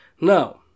Now